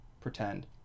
pretend